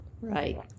Right